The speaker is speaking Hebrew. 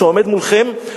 שעומד מולכם,